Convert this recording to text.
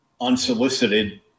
unsolicited